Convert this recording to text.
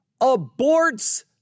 aborts